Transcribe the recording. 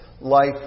life